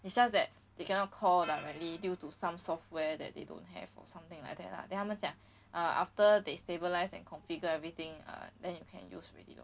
it's just that they cannot call directly due to some software that they don't have or something like that lah then 他们讲 uh after they stabilize and configure everything uh then you can use already lor